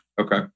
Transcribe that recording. Okay